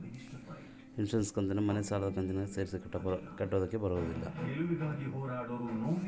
Insurance ಕಂತನ್ನ ಮನೆ ಸಾಲದ ಕಂತಿನಾಗ ಸೇರಿಸಿ ಕಟ್ಟಬೋದ?